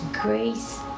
grace